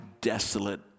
desolate